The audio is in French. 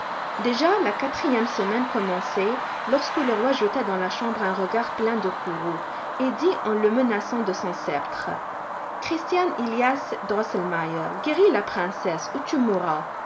déjà la quatrième semaine commençait lorsque le roi jeta dans la chambre un regard plein de courroux et dit en le menaçant de son sceptre christian elias drosselmeier guéris la princesse ou tu mourras